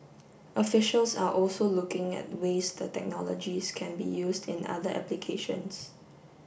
officials are also looking at ways the technologies can be used in other applications